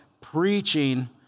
preaching